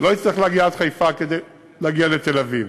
לא יצטרך להגיע עד חיפה כדי להגיע לתל-אביב,